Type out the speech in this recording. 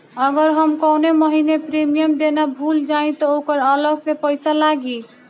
अगर हम कौने महीने प्रीमियम देना भूल जाई त ओकर अलग से पईसा लागी?